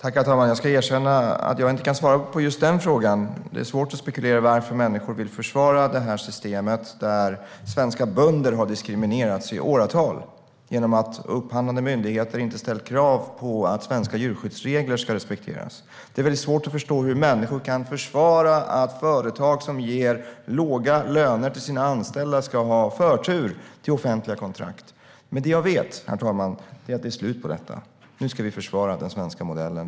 Herr talman! Jag ska erkänna att jag inte kan svara på just den frågan. Det är svårt att spekulera i varför människor vill försvara ett system där svenska bönder har diskriminerats i åratal genom att upphandlande myndigheter inte har ställt krav på att svenska djurskyddsregler ska respekteras. Det är väldigt svårt att förstå hur människor kan försvara att företag som ger låga löner till sina anställda ska ha förtur till offentliga kontrakt. Men det jag vet, herr talman, är att det är slut på detta. Nu ska vi försvara den svenska modellen.